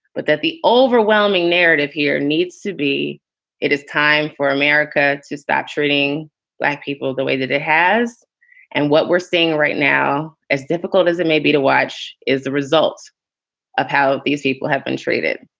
but that the overwhelming narrative here needs to be it is time for america to stop treating black people the way that it has and what we're seeing right now, as difficult as it may be to watch, is the results of how these people have been treated